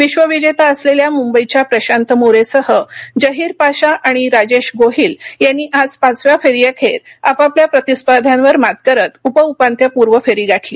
विश्व विजेता असलेल्या मुंबईच्या प्रशांत मोरे सह जहीर पाशा आणि राजेश गोहील यांनी आज पाचव्या फेरीअखेर आपापल्या प्रतिस्पर्ध्यांवर मात करत उप उपांत्यपूर्व फेरी गाठली